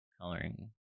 coloring